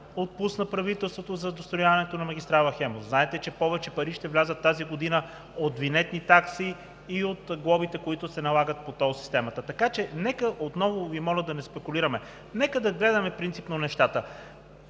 отпусна правителството за дострояването на магистрала „Хемус“. Знаете, че повече пари ще влязат тази година от винетни такси и от глобите, които се налагат по тол системата. Отново Ви моля да не спекулираме. Нека да гледаме принципно нещата.